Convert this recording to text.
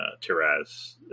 Tiraz